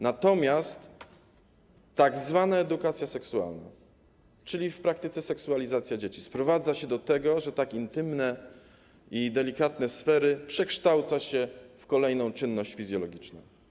Natomiast tzw. edukacja seksualna, czyli w praktyce seksualizacja dzieci, sprowadza się do tego, że tak intymne i delikatne sfery przekształca się w kolejną czynność fizjologiczną.